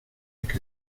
que